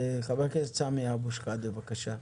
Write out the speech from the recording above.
חבר הכנסת סמי אבו שחאדה, בבקשה.